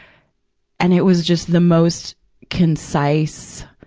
and it was just the most concise,